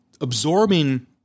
absorbing